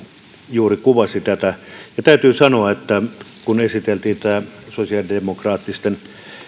juuri kuvasi tätä ja täytyy sanoa että kun esiteltiin tätä sosiaalidemokraattisen